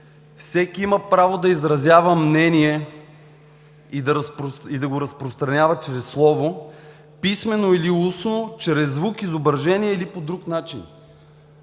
„Всеки има право да изразява мнение и да го разпространява чрез слово – писмено или устно, чрез звук, изображение или по друг начин“.